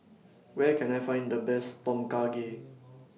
Where Can I Find The Best Tom Kha Gai